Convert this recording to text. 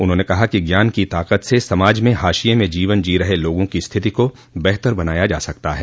उन्होंने कहा कि ज्ञान की ताकत से समाज में हाशिये में जीवन जी रहे लोगों की स्थिति को बेहतर बनाया जा सकता है